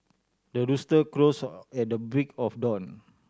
the rooster crows at the break of dawn